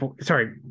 sorry